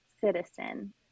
Citizen